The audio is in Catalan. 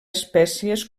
espècies